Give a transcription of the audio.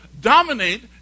dominate